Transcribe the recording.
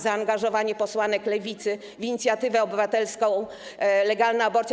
Zaangażowanie posłanek Lewicy w inicjatywę obywatelską „Legalna aborcja.